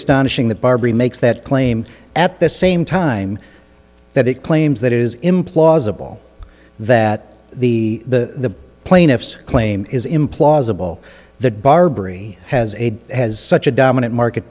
astonishing that barbie makes that claim at the same time that it claims that it is implausible that the the plaintiffs claim is implausible that barbary has a has such a dominant market